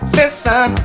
listen